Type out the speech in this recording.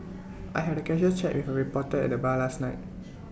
I had A casual chat with reporter at the bar last night